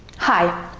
hi,